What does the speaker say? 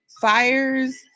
fires